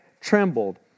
trembled